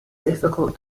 difficult